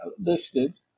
listed